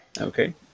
Okay